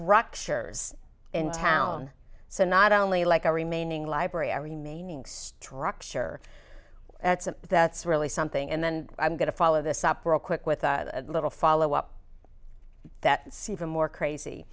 structures in town so not only like a remaining library a remaining structure that's really something and then i'm going to follow this up real quick with a little follow up that's even more crazy